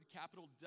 capital